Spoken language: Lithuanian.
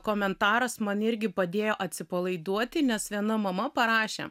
komentaras man irgi padėjo atsipalaiduoti nes viena mama parašė